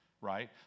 right